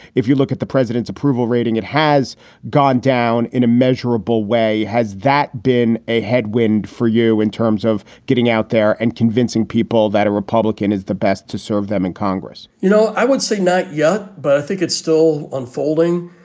if you look at the president's approval rating, it has gone down in a measurable way. has that been a headwind for you in terms of getting out there and convincing people that a republican is the best to serve them in congress? you know, i wouldn't say not yet, but i think it's still unfolding.